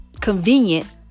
convenient